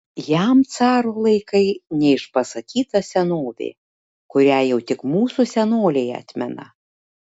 jam caro laikai neišpasakyta senovė kurią jau tik mūsų senoliai atmena